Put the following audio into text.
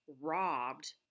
robbed